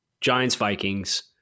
Giants-Vikings